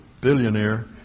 billionaire